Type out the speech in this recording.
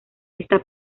está